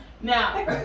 Now